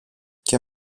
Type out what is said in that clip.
και